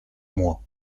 moi